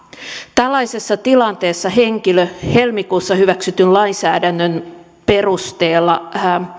tällaisessa tilanteessa henkilö helmikuussa hyväksytyn lainsäädännön perusteella